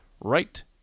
right